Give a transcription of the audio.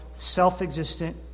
self-existent